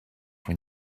when